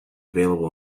available